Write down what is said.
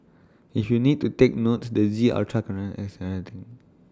if you need to take notes the Z ultra can